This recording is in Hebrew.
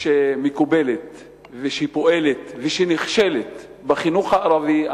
שמקובלת ופועלת ונכשלת בחינוך הערבי,